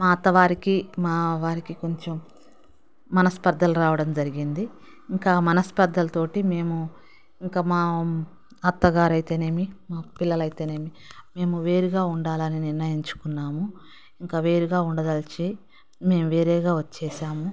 మా అత్తవారికి మా వారికి కొంచెం మనస్పర్థలు రావడం జరిగింది ఇంకా మనస్పర్ధలు తోటి మేము ఇంక మా అత్తగారైతేనేమి మా పిల్లలు అయితేనేమి మేము వేరుగా ఉండాలని నిర్ణయించుకున్నాము ఇంక వేరుగా ఉండదలచి మేం వేరేగా వచ్చేసాము